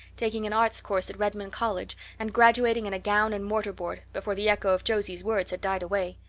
taking an arts course at redmond college, and graduating in a gown and mortar board, before the echo of josie's words had died away.